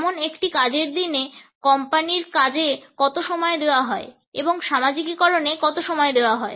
যেমন একটি কাজের দিনে কোম্পানির কাজে কত সময় দেওয়া হয় এবং সামাজিকীকরণে কত সময় দেওয়া হয়